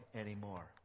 anymore